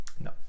No